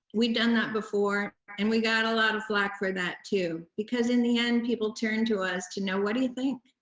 we've done that before and we got a lotta flack for that, too, because in the end, people turn to us to know, what do you think?